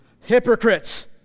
hypocrites